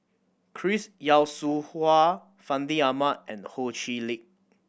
Chris Yeo Siew Hua Fandi Ahmad and Ho Chee Lick